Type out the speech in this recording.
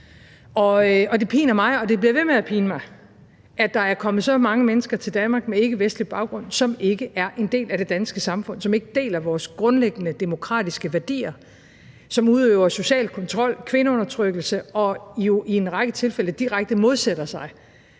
Det piner mig, og det bliver ved med at pine mig, at der er kommet så mange mennesker til Danmark med ikkevestlig baggrund, som ikke er en del af det danske samfund, som ikke deler vores grundlæggende demokratiske værdier, som udøver social kontrol, kvindeundertrykkelse og i en række tilfælde jo direkte modsætter sig